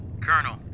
Colonel